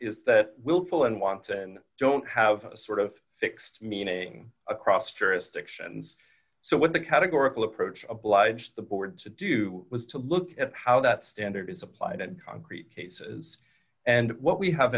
is that willful and wanton don't have a sort of fixed meaning across jurisdictions so what the categorical approach obliged the board to do was to look at how that standard is applied and concrete cases and what we have